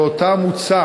שאותה מוצע